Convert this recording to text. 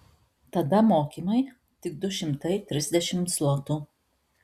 tada mokymai tik du šimtai trisdešimt zlotų